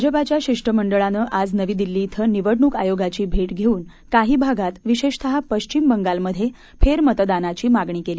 भाजपाच्या शिष्टमंडळानं आज नवी दिल्ली श्वें निवडणूक आयोगाची भेट घेऊन काही भागात विशेषतः पश्चिम बंगालमधे फेरमतदानाची मागणी केली